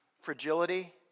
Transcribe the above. fragility